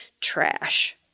trash